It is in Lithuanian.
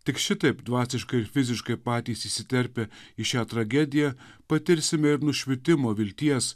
tik šitaip dvasiškai ir fiziškai patys įsiterpę į šią tragediją patirsime ir nušvitimo vilties